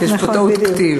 יש פה טעות כתיב.